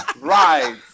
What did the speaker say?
right